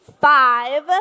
five